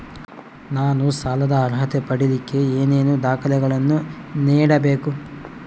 ನಾನು ಸಾಲದ ಅರ್ಹತೆ ಪಡಿಲಿಕ್ಕೆ ಏನೇನು ದಾಖಲೆಗಳನ್ನ ನೇಡಬೇಕು?